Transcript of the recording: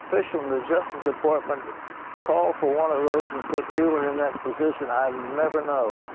official in the justice department called for one of those and put mueller in that position, i'll never know.